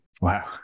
Wow